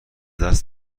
دست